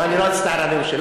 לא, אני לא אצטער על הנאום שלי.